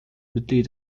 mitglied